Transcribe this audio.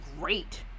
great